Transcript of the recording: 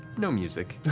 no music.